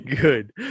Good